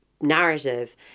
narrative